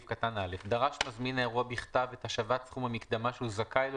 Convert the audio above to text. (א) דרש מזמין האירוע בכתב את השבת סכום המקדמה שהוא זכאי לו